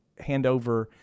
handover